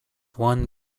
one